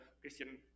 Christian